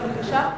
בקצרה,